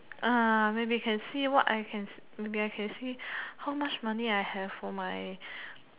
maybe can see what I can maybe I can see how much money I have for my